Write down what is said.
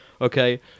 Okay